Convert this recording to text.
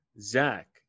Zach